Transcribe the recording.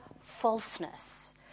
falseness